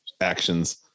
actions